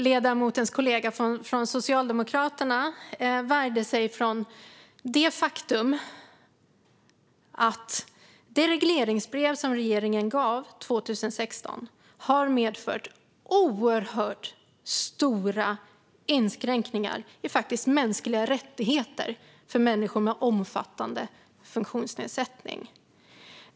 Ledamotens kollega från Socialdemokraterna värjde sig mot det faktum att det regleringsbrev som regeringen utfärdade 2016 faktiskt har medfört oerhört stora inskränkningar i mänskliga rättigheter för människor med omfattande funktionsnedsättning.